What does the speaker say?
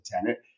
tenant